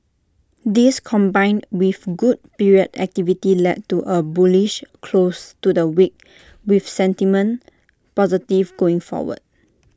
this combined with good period activity led to A bullish close to the week with sentiment positive going forward